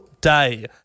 Day